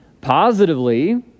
Positively